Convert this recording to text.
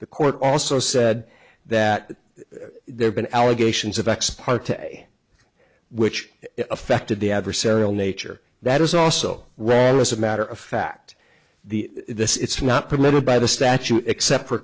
the court also said that there's been allegations of ex parte which affected the adversarial nature that is also ran as a matter of fact the this it's not permitted by the statute except for